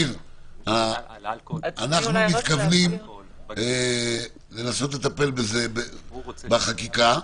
אנחנו מתכוונים לנסות לטפל בזה בחקיקה.